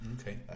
Okay